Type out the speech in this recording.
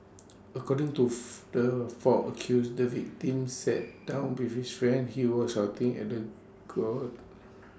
according to the four accused the victim sat back down be with friend he was shouting at the quart